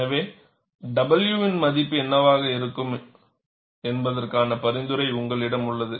எனவே w இன் மதிப்பு என்னவாக இருக்க வேண்டும் என்பதற்கான பரிந்துரை உங்களிடம் உள்ளது